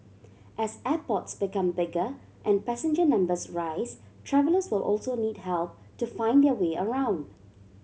as airports become bigger and passenger numbers rise travellers will also need help to find their way around